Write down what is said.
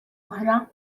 oħra